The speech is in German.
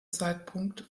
zeitpunkt